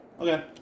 Okay